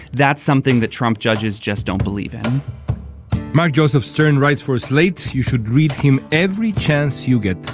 that's something that trump judges just don't believe in mark joseph stern writes for slate you should read him every chance you get.